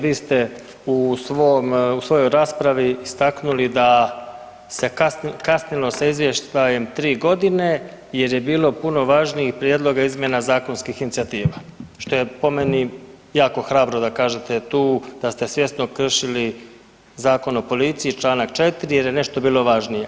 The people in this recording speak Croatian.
Vi ste u svojoj raspravi istaknuli da se kasnilo sa izvještajem tri godine jer je bilo puno važnijih prijedloga izmjena zakonskih inicijativa što je po meni jako hrabro da kažete tu da ste svjesno kršili Zakon o policiji članak 4. jer je nešto bilo važnije.